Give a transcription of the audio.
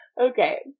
Okay